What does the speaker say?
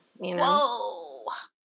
Whoa